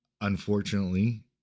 Unfortunately